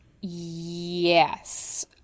Yes